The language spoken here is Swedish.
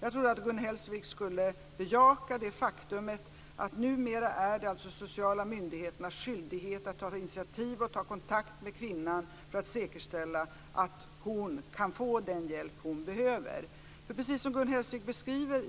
Jag trodde att Gun Hellsvik skulle bejaka det faktum att det numera är de sociala myndigheternas skyldighet att ta initiativ och ta kontakt med kvinnan för att säkerställa att hon kan få den hjälp hon behöver. Gun Hellsvik beskriver